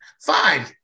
fine